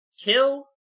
kill